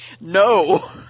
No